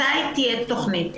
מתי תהיה תכנית?